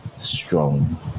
strong